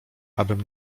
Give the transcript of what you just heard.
abym